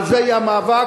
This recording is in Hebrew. על זה יהיה המאבק.